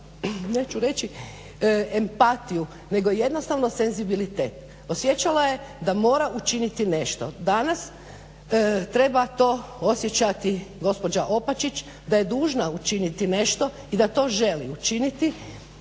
neću reći empatiju nego jednostavno senzibilitet. Osjećala je da mora učiniti nešto. Danas treba to osjećati gospođa Opačić da je dužna učiniti nešto i da to želi učiniti